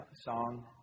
song